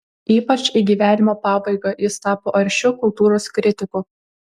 ypač į gyvenimo pabaigą jis tapo aršiu kultūros kritiku